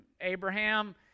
Abraham